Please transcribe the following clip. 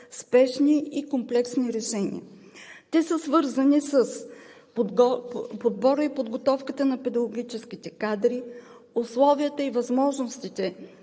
спешни и комплексни решения. Те са свързани с подбора и подготовката на педагогическите кадри, условията и възможностите